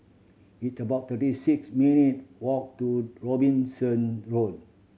it about thirty six minute walk to Robinson Road